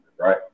right